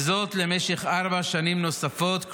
וזאת למשך ארבע שנים נוספות,